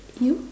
yup